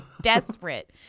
Desperate